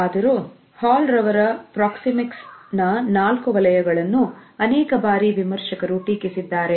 ಆದರೂ ಹಾಲ್ ರವರ ಪ್ರಾಕ್ಸಿಮಿಕ್ಸ್ 4 ವಲಯಗಳನ್ನು ಅನೇಕಬಾರಿ ವಿಮರ್ಶಕರು ಟೀಕಿಸಿದ್ದಾರೆ